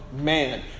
man